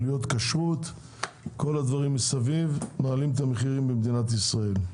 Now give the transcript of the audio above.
עלויות כשרות וכל הדברים האלה מעלים את המחירים במדינת ישראל.